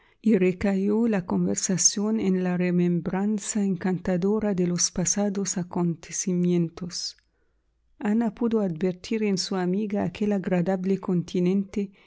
y recayó la conversación en la remembranza encantadora de los pasados acontecimientos ana pudo advertir en su amiga aquel agradable continente